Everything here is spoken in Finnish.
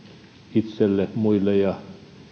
itselle muille ja